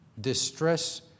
distress